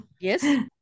yes